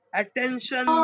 attention